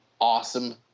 awesome